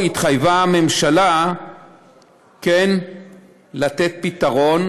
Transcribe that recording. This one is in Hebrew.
שבו התחייבה הממשלה לתת פתרון.